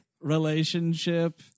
relationship